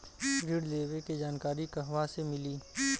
ऋण लेवे के जानकारी कहवा से मिली?